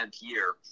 year